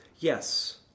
Yes